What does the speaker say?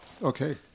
Okay